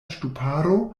ŝtuparo